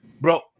Bro